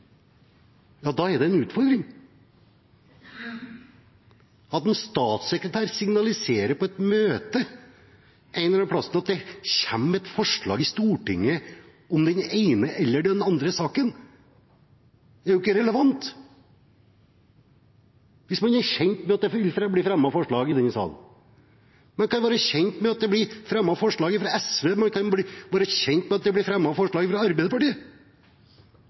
ja da er det en utfordring. At en statssekretær signaliserer på et møte et eller annet sted at det kommer et forslag i Stortinget om den ene eller den andre saken, er ikke relevant – hvis man er kjent med at det vil bli fremmet forslag i denne salen. Man kan være kjent med at det blir fremmet forslag fra SV, man kan være kjent med at det blir fremmet forslag fra Arbeiderpartiet.